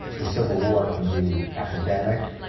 the civil war can be academic,